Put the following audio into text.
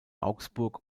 augsburg